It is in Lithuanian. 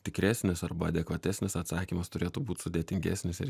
tikresnis arba adekvatesnis atsakymas turėtų būt sudėtingesnis ir